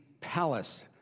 palace